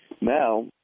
Now